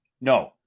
No